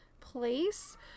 place